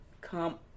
Come